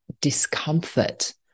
discomfort